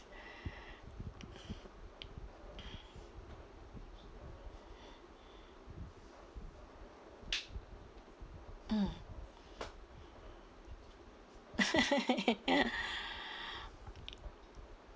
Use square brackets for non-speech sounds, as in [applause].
[breath] mm [laughs] [breath]